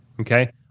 okay